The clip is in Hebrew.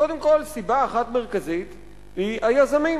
קודם כול, סיבה אחת מרכזית היא היזמים.